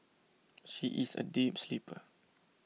she is a deep sleeper